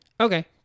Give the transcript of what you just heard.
Okay